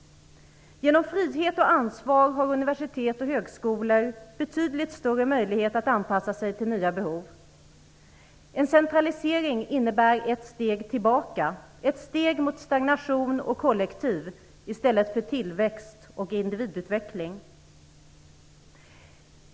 Genom frihet och ansvar har universitet och högskolor betydligt större möjlighet att anpassa sig till nya behov. En centralisering innebär ett steg tillbaka, ett steg mot stagnation och kollektiv i stället för tillväxt och individutveckling.